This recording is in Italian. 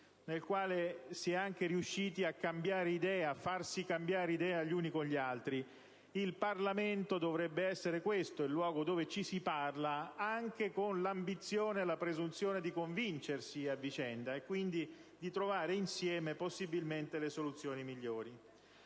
al quale si è anche riusciti a far cambiare idea gli uni agli altri. Il Parlamento dovrebbe essere questo, il luogo dove ci si parla, anche con l'ambizione e la presunzione di convincersi a vicenda e quindi, possibilmente, di trovare insieme le soluzioni migliori.